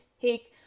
take